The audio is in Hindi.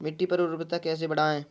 मिट्टी की उर्वरता कैसे बढ़ाएँ?